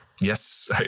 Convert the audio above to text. yes